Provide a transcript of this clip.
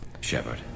Shepard